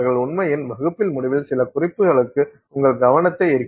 உண்மையில் வகுப்பின் முடிவில் சில குறிப்புகளுக்கு உங்கள் கவனத்தை ஈர்க்கிறேன்